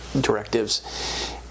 directives